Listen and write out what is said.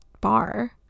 bar